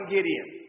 Gideon